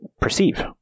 perceive